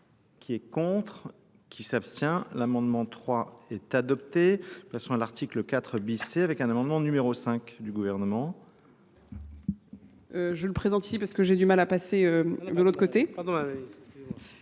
qui est contre, qui s'abstient. L'amendement 3 est adopté. Je place sur l'article 4bc avec un amendement numéro 5 du gouvernement. Je le présente ici parce que j'ai du mal à passer de l'autre côté.